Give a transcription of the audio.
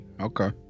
Okay